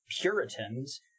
Puritans